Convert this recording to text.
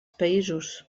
països